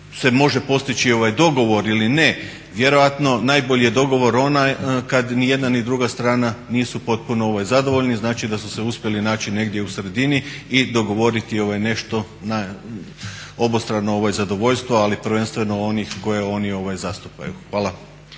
se može postići dogovor ili ne, vjerojatno najbolje je dogovor onaj kad ni jedna ni druga strana nisu potpuno zadovoljni, znači da su se uspjeli način negdje u sredini i dogovoriti nešto na obostrano zadovoljstvo ali prvenstveno onih koje oni zastupaju. Hvala.